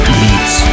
meets